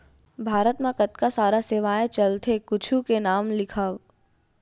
भारत मा कतका सारा सेवाएं चलथे कुछु के नाम लिखव?